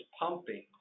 pumping